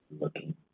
looking